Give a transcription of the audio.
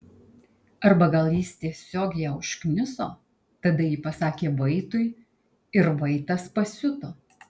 arba gal jis tiesiog ją užkniso tada ji pasakė vaitui ir vaitas pasiuto